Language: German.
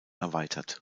erweitert